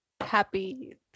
happy